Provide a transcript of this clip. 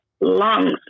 lungs